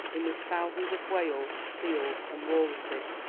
in which thousands of whales, seals, and walruses,